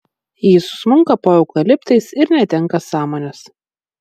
ji susmunka po eukaliptais ir netenka sąmonės